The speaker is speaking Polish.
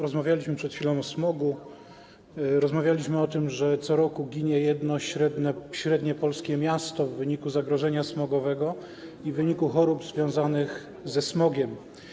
Rozmawialiśmy przed chwilą o smogu, rozmawialiśmy o tym, że co roku ginie jedno średnie polskie miasto w wyniku zagrożenia smogowego i w wyniku chorób związanych ze smogiem.